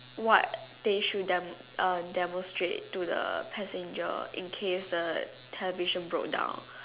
what they should demo~ uh demonstrate to the passenger in case the television broke down